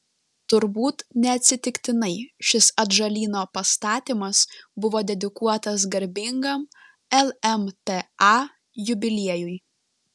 turbūt neatsitiktinai šis atžalyno pastatymas buvo dedikuotas garbingam lmta jubiliejui